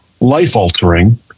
life-altering